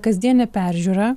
kasdienė peržiūra